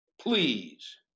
Please